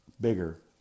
bigger